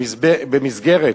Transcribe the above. במסגרת